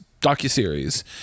docuseries